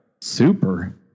Super